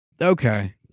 Okay